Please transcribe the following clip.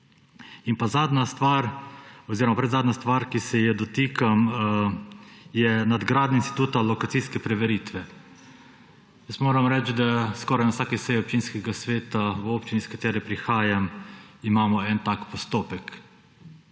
Zadnja stvar oziroma predzadnja stvar, ki se je dotikam, je nadgradnja instituta lokacijske preveritve. Moram reči, da skoraj na vsaki seji občinskega sveta v občini, iz katere prihajam, imamo en tak postopek,